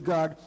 God